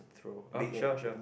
throw oh sure sure